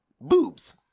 boobs